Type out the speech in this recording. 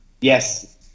Yes